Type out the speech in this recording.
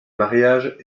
mariage